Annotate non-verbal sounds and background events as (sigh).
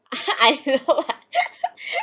(laughs) I know right (laughs)